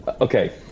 okay